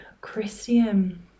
christian